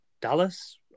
Dallas